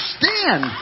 Stand